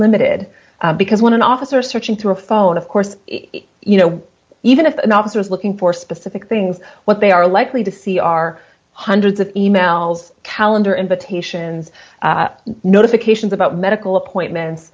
limited because when an officer searching through a phone of course you know even if an officer is looking for specific things what they are likely to see are hundreds of e mails calendar invitations notifications about medical appointments